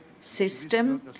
system